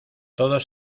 todos